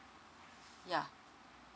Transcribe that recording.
yeah